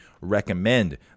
recommend